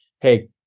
hey